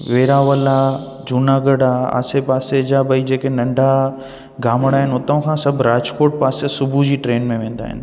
वेरावल आहे जूनागढ़ आहे आसे पासे जा भाई जेके नंढा गामड़ा आहिनि उतां खां सभु राजकोट पासे सुबूह जी ट्रेन में वेंदा आहिनि